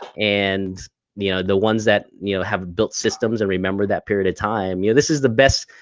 and the you know the ones that you know have built systems and remember that period of time, yeah this is the best,